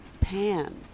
pan